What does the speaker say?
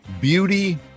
Beauty